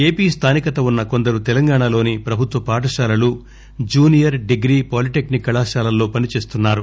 AP స్థానికత ఉన్న కొందరు తెలంగాణలోని ప్రభుత్వ పాఠశాలలు జూనియర్ డిగ్రీ పాలీటెక్నిక్ కళాశాలల్లో పనిచేస్తున్నారు